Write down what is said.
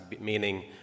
meaning